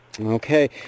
Okay